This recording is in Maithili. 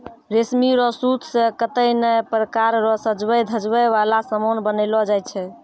रेशमी रो सूत से कतै नै प्रकार रो सजवै धजवै वाला समान बनैलो जाय छै